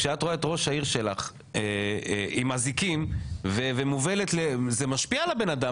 כשאת רואה את ראש העיר שלך עם אזיקים ומובלת זה משפיע על הבן אדם,